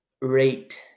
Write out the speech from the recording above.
rate